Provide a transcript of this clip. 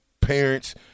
parents